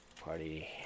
Party